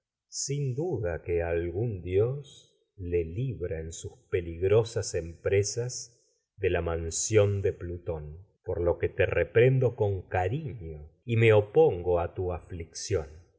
sin duda que algún dios de le libra peligrosas empresas con de la mansión plutón a pol lo que te reprendo pues cariño y me opongo tu